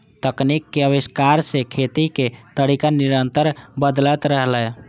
तकनीक के आविष्कार सं खेती के तरीका निरंतर बदलैत रहलैए